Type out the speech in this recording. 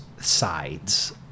sides